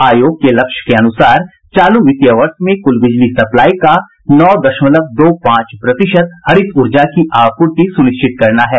आयोग के लक्ष्य के अनुसार चालू वित्तीय वर्ष में कुल बिजली सप्लाई का नौ दशमलव दो पांच प्रतिशत हरित ऊर्जा की आपूर्ति सुनिश्चित करना है